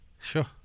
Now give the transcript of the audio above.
Sure